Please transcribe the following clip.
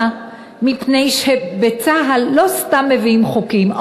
מפני שבצה"ל לא סתם מביאים חוקים.